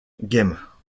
games